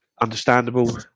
understandable